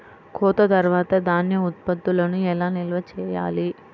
కోత తర్వాత ధాన్య ఉత్పత్తులను ఎలా నిల్వ చేయాలి?